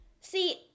see